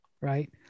Right